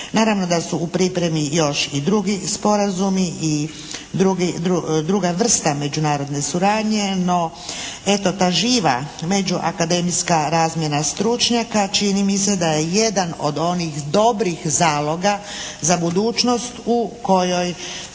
Naravno da su u pripremi još i drugi sporazumi i druga vrsta međunarodne suradnje no eto ta živa međuakademska razmjena stručnjaka čini mi se da je jedan od onih dobrih zaloga za budućnost u kojoj